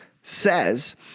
says